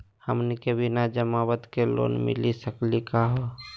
हमनी के बिना जमानत के लोन मिली सकली क हो?